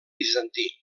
bizantí